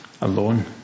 alone